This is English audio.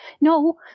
no